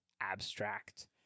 Abstract